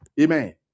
Amen